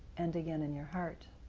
and again in your heart.